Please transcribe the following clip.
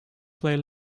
play